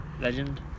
legend